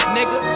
Nigga